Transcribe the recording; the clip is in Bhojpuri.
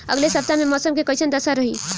अलगे सपतआह में मौसम के कइसन दशा रही?